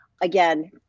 again